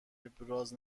ابراز